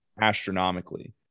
astronomically